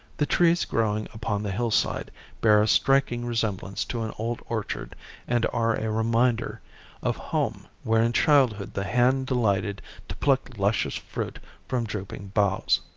the trees growing upon the hillside bear a striking resemblance to an old orchard and are a reminder of home where in childhood the hand delighted to pluck luscious fruit from drooping boughs.